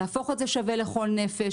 להפוך את זה להיות שווה לכל נפש,